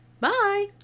Bye